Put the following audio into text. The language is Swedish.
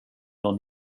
någon